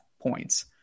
points